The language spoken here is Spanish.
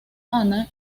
ana